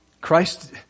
Christ